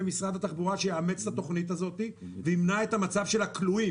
משרד התחבורה שיאמץ את התוכנית הזאת וימנע את המצב של הכלואים,